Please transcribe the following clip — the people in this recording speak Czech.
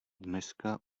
dneska